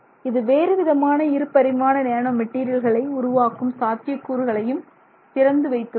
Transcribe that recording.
இது வேறுவிதமான இருபரிமாண நேனோ மெட்டீரியல்களை உருவாக்கும் சாத்தியக்கூறுகளையும் திறந்து வைத்துள்ளது